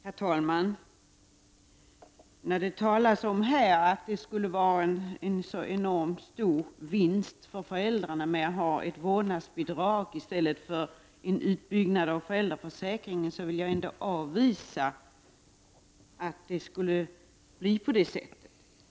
Herr talman! Det talas om att det skulle vara en så enormt stor vinst för föräldrarna att få vårdnadsbidrag i stället för utbyggd föräldraförsäkring, men jag vill avvisa påståendet att det skulle bli på det sättet.